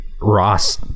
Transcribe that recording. Ross